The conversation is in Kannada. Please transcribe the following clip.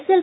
ಎಸ್ಎಲ್